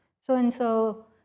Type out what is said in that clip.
so-and-so